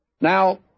Now